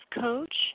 coach